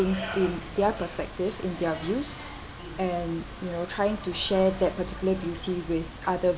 things in their perspective and their views and you know trying to share that particular beauty with other